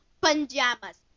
Pajamas